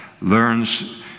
learns